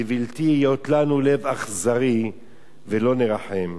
"לבלתי היות לנו לב אכזרי ולא נרחם",